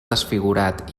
desfigurat